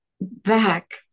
back